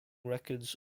records